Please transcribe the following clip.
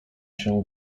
się